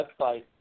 website